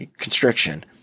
constriction